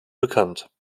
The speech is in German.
bekannt